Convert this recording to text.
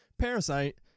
Parasite